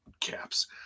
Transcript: caps